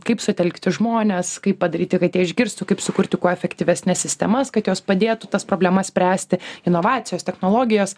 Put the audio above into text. kaip sutelkti žmones kaip padaryti kad jie išgirstų kaip sukurti kuo efektyvesnes sistemas kad jos padėtų tas problemas spręsti inovacijos technologijos